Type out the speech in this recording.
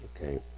Okay